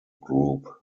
group